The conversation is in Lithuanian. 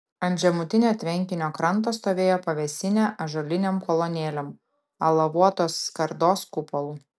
ant žemutinio tvenkinio kranto stovėjo pavėsinė ąžuolinėm kolonėlėm alavuotos skardos kupolu